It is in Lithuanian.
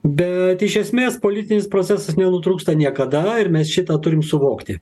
bet iš esmės politinis procesas nenutrūksta niekada ir mes šitą turim suvokti